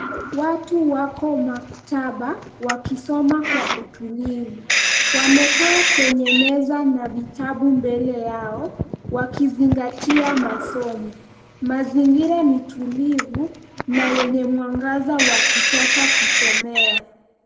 Watu wako maktaba wakisoma kwa utulivu. Wamekaa kwenye meza na vitabu mbele yao wakizingatia masomo. Mazingira ni tulivu na yenye mwangaza wa kutosha kusomea.